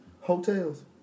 hotels